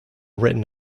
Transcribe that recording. written